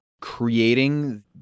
creating